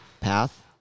path